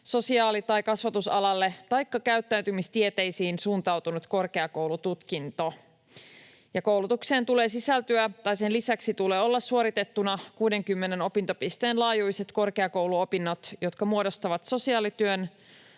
sosiaali‑ tai kasvatusalalle taikka käyttäytymistieteisiin suuntautunut korkeakoulututkinto. Koulutuksen lisäksi tulee olla suoritettuna 60 opintopisteen laajuiset korkeakouluopinnot, jotka muodostuvat sosiaalityön